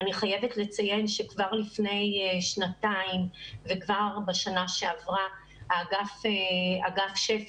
אני חייבת לציין שכבר לפני שנתיים וכבר בשנה שעברה אגף שפ"י,